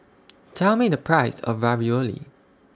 Tell Me The Price of Ravioli